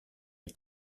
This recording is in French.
est